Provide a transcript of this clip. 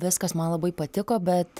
viskas man labai patiko bet